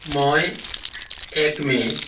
মই এক মে'